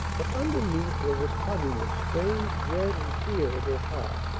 but underneath was a tugging of strange dread and fear at her heart.